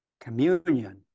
communion